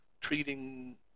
treating